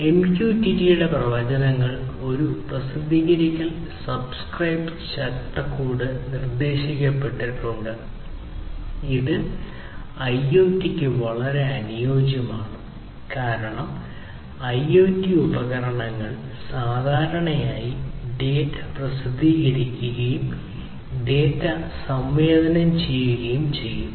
എംക്യുടിടിയുടെ പ്രയോജനങ്ങൾ ഒരു പ്രസിദ്ധീകരിക്കൽസബ്സ്ക്രൈബ് ചട്ടക്കൂട് നിർദ്ദേശിക്കപ്പെട്ടിട്ടുണ്ട് ഇത് ഐഒടിക്ക് വളരെ അനുയോജ്യമാണ് കാരണം ഐഒടി ഉപകരണങ്ങൾ സാധാരണയായി ഡാറ്റ പ്രസിദ്ധീകരിക്കുകയും ഡാറ്റ സംവേദനം ചെയ്യുകയും ഡാറ്റ പ്രസിദ്ധീകരിക്കുകയും ചെയ്യും